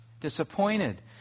Disappointed